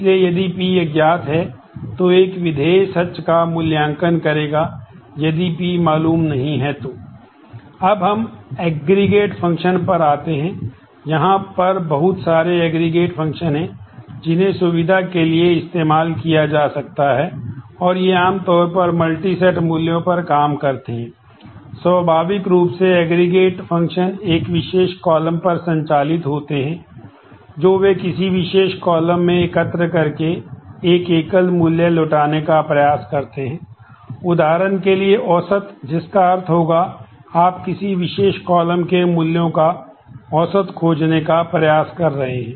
इसलिए यदि P अज्ञात है तो एक विधेय सच का मूल्यांकन करेगा यदि P मालूम नहीं है तो अब हम एग्रीगेट फ़ंक्शन के मूल्यों का औसत खोजने का प्रयास कर रहे हैं